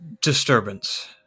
disturbance